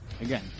again